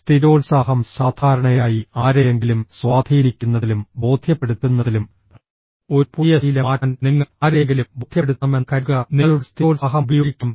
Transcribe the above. സ്ഥിരോത്സാഹം സാധാരണയായി ആരെയെങ്കിലും സ്വാധീനിക്കുന്നതിലും ബോധ്യപ്പെടുത്തുന്നതിലും ഒരു പുതിയ ശീലം മാറ്റാൻ നിങ്ങൾ ആരെയെങ്കിലും ബോധ്യപ്പെടുത്തണമെന്ന് കരുതുക നിങ്ങളുടെ സ്ഥിരോത്സാഹം ഉപയോഗിക്കണം